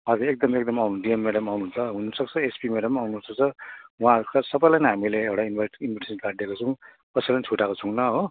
हजुर एकदम एकदम अउनु डिएम मेडम अउनुहुन्छ हुनुसक्छ एसपी मेडम पनि आउनु सक्छ उहाँहरू सबैलाई नै हामीले एउटा इन्भाइट इन्भिटेसन कार्ड दिएको छौँ कसैलाई पनि छुटाएको छैनौँ हो